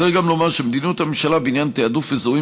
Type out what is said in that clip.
צריך גם לומר שמדיניות הממשלה בעניין תעדוף אזורים